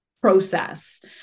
process